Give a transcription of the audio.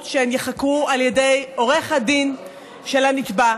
שהן ייחקרו על ידי עורך הדין של הנתבע,